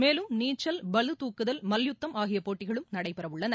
மேலும் நீச்சல் பளுதூக்குதல் மல்யுத்தம் ஆகியபோட்டிகளும் நடைபெறவுள்ளன